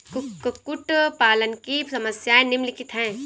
कुक्कुट पालन की समस्याएँ निम्नलिखित हैं